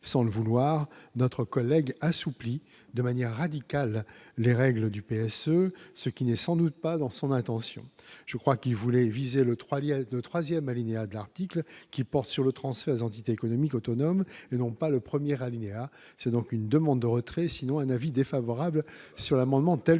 sans le vouloir, notre collègue assouplie de manière radicale les règles du PSE, ce qui n'est sans doute pas dans son intention, je crois qu'il voulait viser le 3 il y a de 3ème alinéa de l'article, qui porte sur le transfert des entité économique autonome et non pas le 1er alinéa, c'est donc une demande de retrait sinon un avis défavorable sur l'amendement, telle que